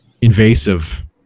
invasive